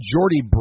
Jordy